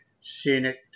scenic